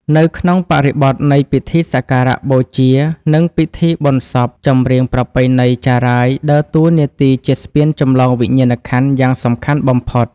នៅក្នុងបរិបទនៃពិធីសក្ការបូជា និងពិធីបុណ្យសព ចម្រៀងប្រពៃណីចារាយដើរតួនាទីជាស្ពានចម្លងវិញ្ញាណក្ខន្ធយ៉ាងសំខាន់បំផុត។